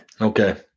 Okay